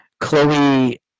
Chloe